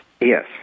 Yes